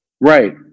right